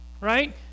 Right